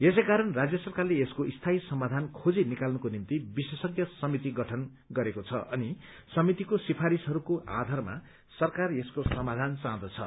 यसैकारण राज्य सरकारले यसको स्थायी समाधान खोजी निकाल्नुको निम्ति विशेषज्ञ समिति गठन गरेको छ अनि समितिको सिफारिशहरूको आधारमा सरकार यसको समाधान चाँहदछ